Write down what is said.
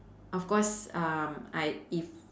of course uh I if